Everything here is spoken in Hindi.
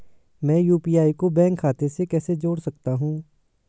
मैं यू.पी.आई को बैंक खाते से कैसे जोड़ सकता हूँ?